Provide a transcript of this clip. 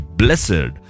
blessed